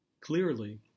clearly